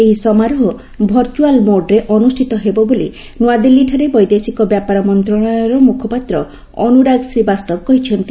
ଏହି ସମାରୋହ ଭର୍ଚୁଆଲ ମୋଡ୍ରେ ଅନୁଷ୍ଠିତ ହେବ ବୋଲି ନ୍ତଆଦିଲ୍ଲୀଠାରେ ବୈଦେଶିକ ବ୍ୟାପାର ମନ୍ତ୍ରଣାଳୟର ମୁଖପାତ୍ର ଅନୁରାଗ ଶ୍ରୀବାସ୍ତବ କହିଛନ୍ତି